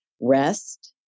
Rest